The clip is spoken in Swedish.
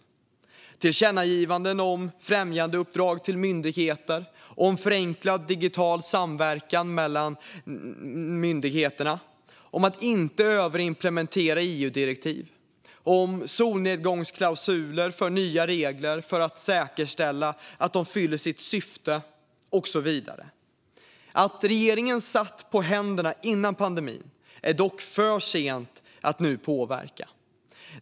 Det är tillkännagivanden om främjandeuppdrag till myndigheter, om förenklad digital samverkan mellan myndigheterna, om att inte överimplementera EU-direktiv, om solnedgångsklausuler för nya regler för att säkerställa att de fyller sitt syfte och så vidare. Att regeringen satt på händerna före pandemin är dock för sent att påverka nu.